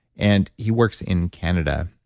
and he works in canada.